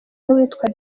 n’uwitwa